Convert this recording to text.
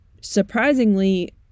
surprisingly